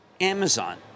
Amazon